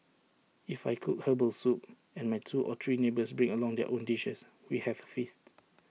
if I cook Herbal Soup and my two or three neighbours bring along their own dishes we have A feast